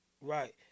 Right